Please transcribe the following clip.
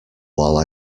while